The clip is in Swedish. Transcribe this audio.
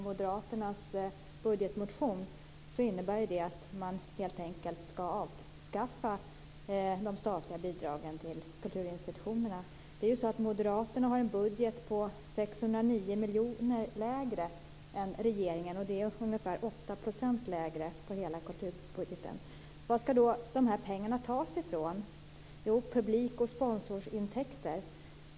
Moderaternas budgetmotion går ut på att man helt enkelt skall avskaffa de statliga bidragen till kulturinstitutionerna. Moderaternas budget är 609 miljoner kronor lägre än regeringens, dvs. ungefär 8 % lägre på hela kulturområdet. Varifrån skall de här pengarna tas? Jo, från publik och sponsorsintäkter.